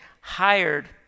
hired